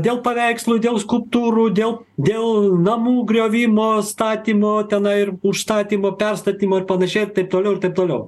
dėl paveikslų dėl skulptūrų dėl dėl namų griovimo statymo tenai ir užstatymo perstatymo ir panašiai ir taip toliau ir taip toliau